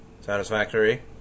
satisfactory